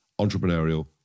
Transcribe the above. entrepreneurial